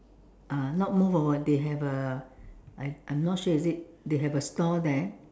uh not move over they have a I I'm not sure is it they have a store there